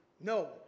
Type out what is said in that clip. No